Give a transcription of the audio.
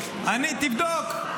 תבדוק.